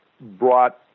brought